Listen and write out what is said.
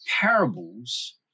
Parables